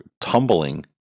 tumbling